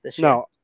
No